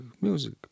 music